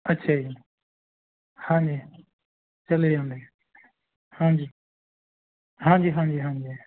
ਅੱਛਾ ਜੀ ਹਾਂਜੀ ਚਲੇ ਜਾਂਦੇ ਹਾਂਜੀ ਹਾਂਜੀ ਹਾਂਜੀ ਹਾਂਜੀ